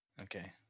Okay